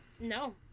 No